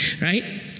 right